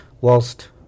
whilst